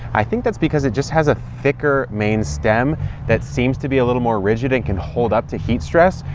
i think that's because it just has a thicker main stem that seems to be a little more rigid and can hold up to heat stress.